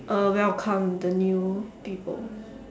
uh welcome the new people